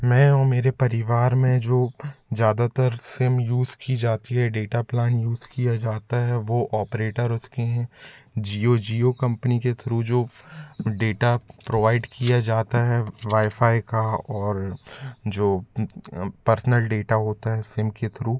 मैं और मेरे परिवार में जो ज़्यादातर सिम यूज़ की जाती है डेटा प्लान यूज़ किया जाता है वो ऑपरेटर उसके हैं जियो जियो कंपनी के थ्रू जो डेटा प्रोवाइड किया जाता है वायफाय का और जो पर्सनल डेटा होता है सिम के थ्रू